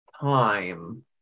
time